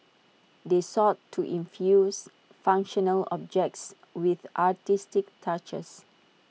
they sought to infuse functional objects with artistic touches